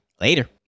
later